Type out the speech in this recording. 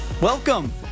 Welcome